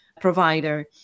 provider